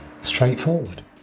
straightforward